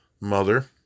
mother